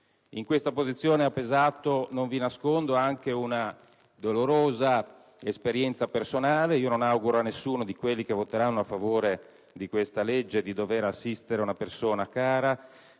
In questa posizione ha pesato - non vi nascondo - anche una dolorosa esperienza personale. Non auguro a nessuno di coloro che voteranno a favore di questo disegno di legge di dover assistere una persona cara